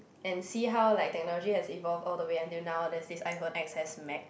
and see how like technology has evolve all the way until now there's this iPhone-X_S-Max